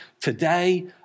today